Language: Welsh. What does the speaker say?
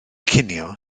cinio